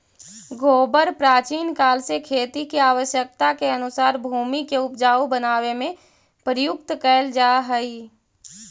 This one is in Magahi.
गोबर प्राचीन काल से खेती के आवश्यकता के अनुसार भूमि के ऊपजाऊ बनावे में प्रयुक्त कैल जा हई